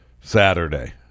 Saturday